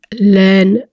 learn